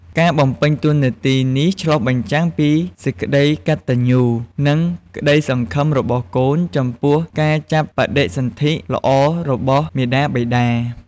ការបំពេញតួនាទីនេះឆ្លុះបញ្ចាំងពីសេចក្តីកតញ្ញូ និងក្តីសង្ឃឹមរបស់កូនចំពោះការចាប់បដិសន្ធិល្អរបស់មាតាបិតា។